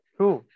True